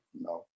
No